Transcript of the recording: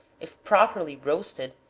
if properly roasted,